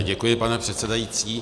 Děkuji, pane předsedající.